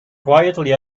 quietly